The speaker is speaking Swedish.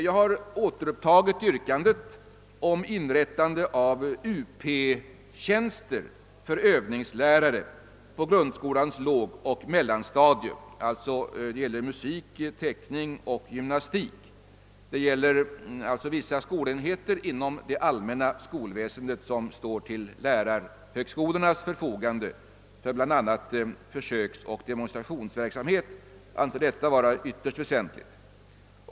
Jag har återupptagit yrkandet om inrättande av Up-tjänster för övningslärare på grundskolans lågoch mellanstadium. De ämnen det är fråga om är alltså musik, teckning och gymnastik, och det gäller således vissa skolenheter inom det allmänna skolväsendet vilka står till lärarhögskolornas förfogande för bl.a. försöksoch demonstrationsverksamhet. Enligt min mening är detta ytterst väsentligt.